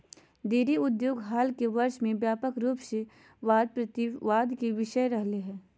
dairy उद्योग हाल के वर्ष में व्यापक रूप से वाद प्रतिवाद के विषय रहलय हें